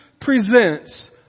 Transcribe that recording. presents